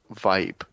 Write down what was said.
vibe